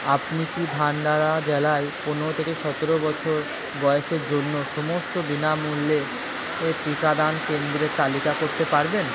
আপনি কি ভান্ডারা জেলায় পনেরো থেকে সতেরো বছর বয়সের জন্য সমস্ত বিনামূল্যে এর টিকাদান কেন্দ্রের তালিকা করতে পারবেন